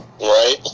Right